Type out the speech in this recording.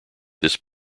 this